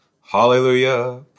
Hallelujah